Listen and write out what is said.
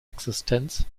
existenz